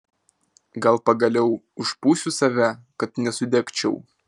gal pagaliau užpūsiu save kad nesudegčiau